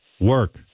work